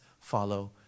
follow